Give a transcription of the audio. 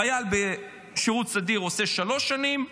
חייל בשירות סדיר עושה שלוש שנים,